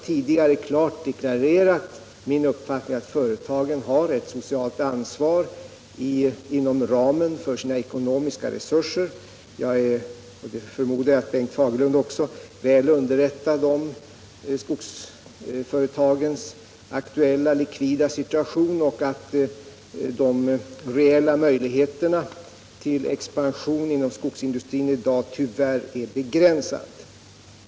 Tidigare har jag klart deklarerat min uppfattning att företagen har ett socialt ansvar inom ramen för sina ekonomiska resurser. Jag förmodar att Bengt Fagerlund är väl underrättad om skogsföretagens aktuella likvida situation och att de reella möjligheterna till expansion inom skogsindustrin i dag tyvärr är begränsade.